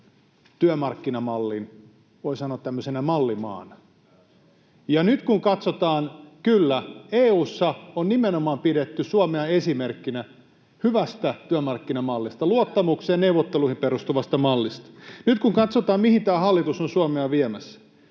työmarkkinamallin tämmöisenä, voi sanoa, mallimaana. Ja nyt kun katsotaan... [Välihuuto kokoomuksen ryhmästä] — Kyllä, EU:ssa on nimenomaan pidetty Suomea esimerkkinä hyvästä työmarkkinamallista, luottamukseen ja neuvotteluihin perustuvasta mallista. — Nyt kun katsotaan, mihin tämä hallitus on Suomea viemässä,